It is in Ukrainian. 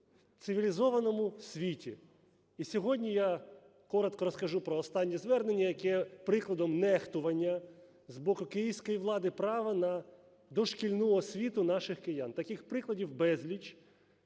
в цивілізованому світі. І сьогодні я коротко розкажу про останнє звернення, яке є прикладом нехтування з боку київської влади права на дошкільну освіту наших киян. Таких прикладів безліч